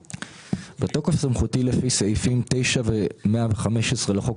בתוקף סמכותי לפי סעיפים 9 ו-115 לחוק